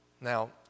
Now